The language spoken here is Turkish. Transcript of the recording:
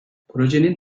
projenin